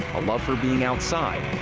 a love for being outside.